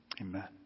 amen